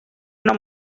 una